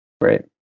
Right